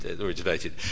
originated